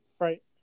right